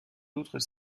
d’autres